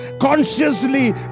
consciously